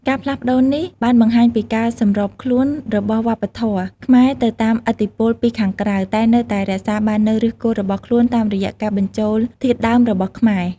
ការផ្លាស់ប្តូរនេះបានបង្ហាញពីការសម្របខ្លួនរបស់វប្បធម៌ខ្មែរទៅតាមឥទ្ធិពលពីខាងក្រៅ តែនៅតែរក្សាបាននូវឫសគល់របស់ខ្លួនតាមរយៈការបញ្ចូលធាតុដើមរបស់ខ្មែរ។